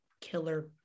killer